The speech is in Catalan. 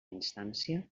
instància